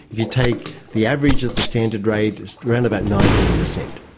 if you take the average of the standard rate, it's around about nineteen percent.